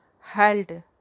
held